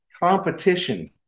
competition